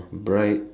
bright